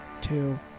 two